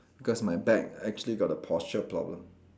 because my back actually got a posture problem